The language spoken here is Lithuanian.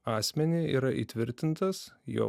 asmenį yra įtvirtintas juo